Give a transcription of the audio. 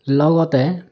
লগতে